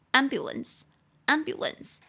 ，ambulance，ambulance 。